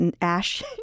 Ash